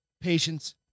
patience